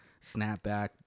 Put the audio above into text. snapback